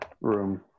room